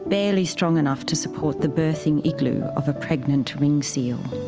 barely strong enough to support the birthing igloo of a pregnant ring seal.